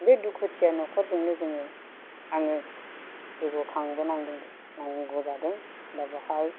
बे दुखुथिया नखरजोंनो जोङो आङो जौगाखांबोनांदों नांगौ जादों दा बहाय